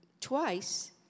twice